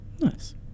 Nice